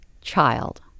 child